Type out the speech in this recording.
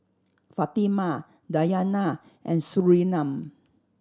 Fatimah Dayana and Surinam